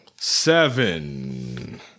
Seven